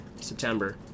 September